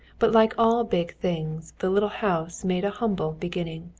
but like all big things the little house made a humble beginning.